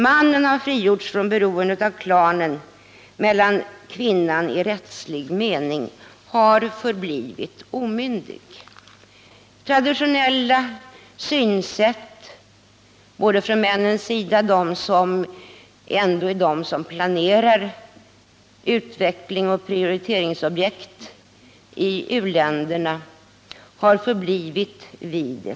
Mannen har frigjorts från beroendet av klanen, medan kvinnan i rättslig mening har förblivit omyndig. Traditionella synsätt och männens inställning —-det är ändå desom planerar utvecklingsoch prioriteringsobjekt i u-länderna — har förblivit oförändrade.